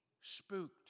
spooked